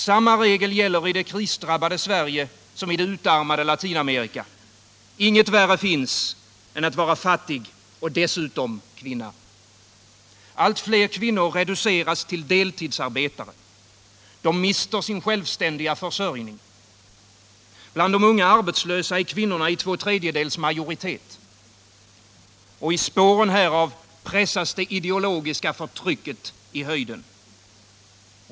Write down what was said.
Samma regel gäller i det krisdrabbade Sverige som i det utarmade Latinamerika: inget värre finns än att vara fattig och dessutom kvinna. Allt fler kvinnor reduceras till deltidsarbetare. De mister sin självständiga försörjning. Bland de unga arbetslösa är kvinnorna i två tredjedels majoritet. I spåren härav pressas det ideologiska förtrycket i höjden.